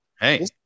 hey